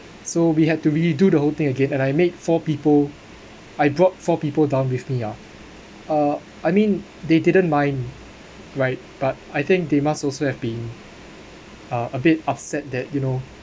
so we had to redo the whole thing again and I made four people I brought four people down with me ah uh I mean they didn't mind right but I think they must also have been uh a bit upset that you know